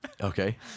Okay